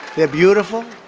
they're beautiful.